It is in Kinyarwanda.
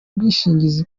bwishingizi